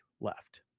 left